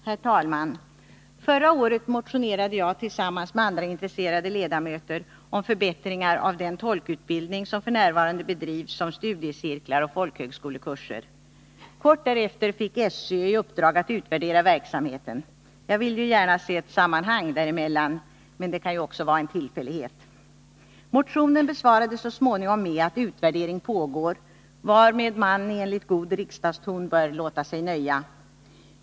Herr talman! Förra året motionerade jag tillsammans med andra intresserade ledamöter om förbättringar av den tolkutbildning som f. n. bedrivs som studiecirklar och folkhögskolekurser. Kort därefter fick SÖ i uppdrag att utvärdera verksamheten — jag vill gärna se ett samband däremellan, men det kan ju också vara en tillfällighet. Motionen besvarades så småningom med att utvärdering pågår, varmed man enligt god riksdagston bör låta sig nöja.